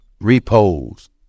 Repose